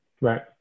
Right